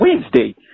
Wednesday